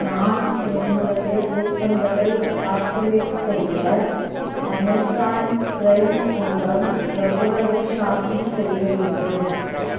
நான் என்னுடைய கூப்பன்களை ஆக்டிவேட் செய்ய அமேஸான் ப்ரைம் மூலம் எவ்வளவு ஷாப்பிங் செய்ய வேண்டும்